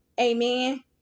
Amen